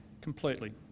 Completely